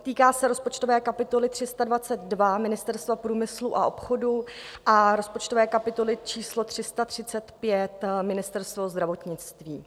Týká se rozpočtové kapitoly 322 Ministerstvo průmyslu a obchodu a rozpočtové kapitoly číslo 335 Ministerstvo zdravotnictví.